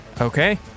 Okay